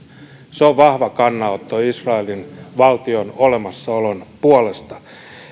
se on vahva kannanotto israelin valtion olemassaolon puolesta